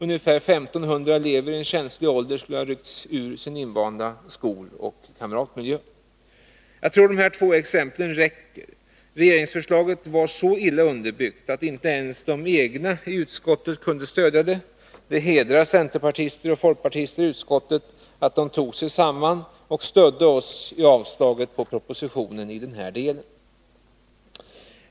Ungefär 1 500 elever i en känslig ålder skulle ha ryckts ut ur sin invanda skoloch kamratmiljö. Jag tror att de här två exemplen räcker. Regeringsförslaget var så illa underbyggt att inte ens de egna i utskottet kunde stödja det. Det hedrar centerpartister och folkpartister i utskottet att de tog sig samman och stödde oss, när vi yrkade avslag på propositionen i denna del.